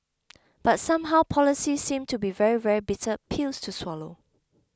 but somehow policies seem to be very very bitter pills to swallow